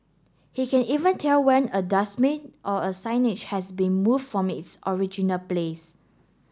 he can even tell when a dustbin or a signage has been moved from its original place